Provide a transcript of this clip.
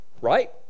right